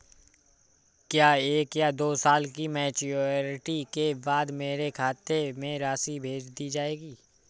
क्या एक या दो साल की मैच्योरिटी के बाद मेरे खाते में राशि भेज दी जाएगी?